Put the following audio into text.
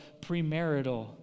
premarital